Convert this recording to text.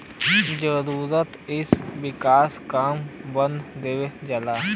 जादातर इ विकास काम बदे देवल जाला